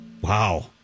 Wow